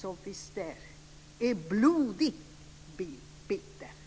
Den är blodigt bitter.